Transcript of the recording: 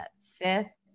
fifth